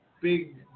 big